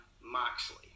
Moxley